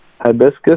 Hibiscus